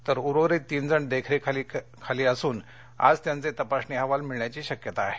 तर उर्वरित तीन जण देखरेखीखाली असून आज त्यांचे तपासणी अहवाल मिळण्याची शक्यता आहे